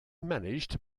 managed